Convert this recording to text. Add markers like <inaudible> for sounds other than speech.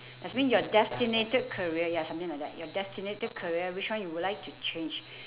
<breath> that means your destinated career ya something like that your destinated career which one you would like to change <breath>